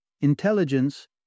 Intelligence